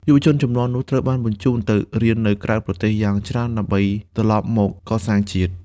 យុវជនជំនាន់នោះត្រូវបានបញ្ជូនទៅរៀននៅក្រៅប្រទេសយ៉ាងច្រើនដើម្បីត្រឡប់មកកសាងជាតិ។